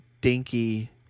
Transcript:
dinky